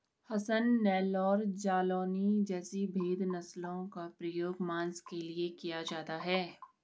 हसन, नेल्लौर, जालौनी जैसी भेद नस्लों का प्रयोग मांस के लिए किया जाता है